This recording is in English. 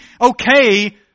okay